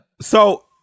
So-